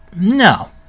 no